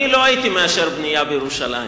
אני לא הייתי מאשר בנייה בירושלים.